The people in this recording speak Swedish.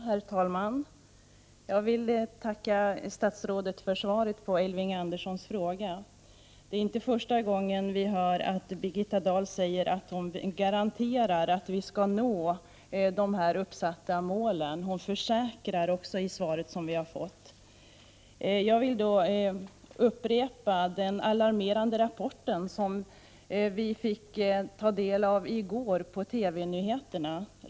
Herr talman! Jag till tacka statsrådet för svaret på Elving Anderssons fråga. Birgitta Dahl försäkrar i svaret att vi skall nå de uppsatta målen. Det är inte första gången vi får höra henne garantera detta. Jag vill hänvisa till den alarmerande rapport som vi i går fick ta del av på TV-nyheterna.